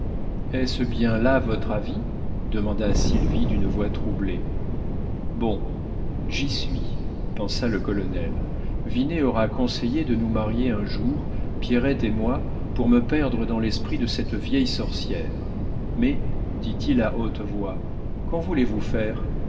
est-ce bien là votre avis demanda sylvie d'une voix troublée bon j'y suis pensa le colonel vinet aura conseillé de nous marier un jour pierrette et moi pour me perdre dans l'esprit de cette vieille sorcière mais dit-il à haute voix qu'en voulez-vous faire